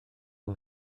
yng